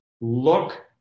look